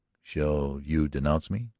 shall you denounce me?